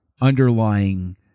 underlying